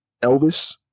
Elvis